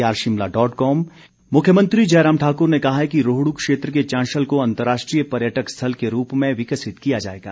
मुख्यमंत्री मुख्यमंत्री जयराम ठाकुर ने कहा है कि रोहडू क्षेत्र के चांशल को अंतर्राष्ट्रीय पर्यटक स्थल के रूप में विकसित किया जाएगा